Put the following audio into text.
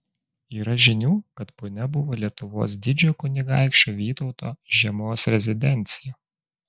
yra žinių kad punia buvo lietuvos didžiojo kunigaikščio vytauto žiemos rezidencija